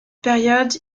période